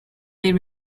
they